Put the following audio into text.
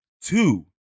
Two